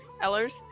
Ellers